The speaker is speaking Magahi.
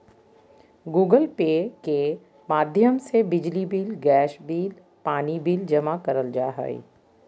गूगल पे के माध्यम से बिजली बिल, गैस बिल, पानी बिल जमा करल जा हय